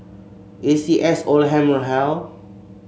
A C S Oldham Hall